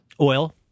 Oil